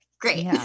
Great